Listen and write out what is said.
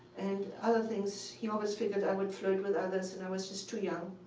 and other things, he always figured i would flirt with others and i was just too young,